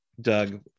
Doug